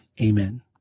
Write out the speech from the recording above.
Amen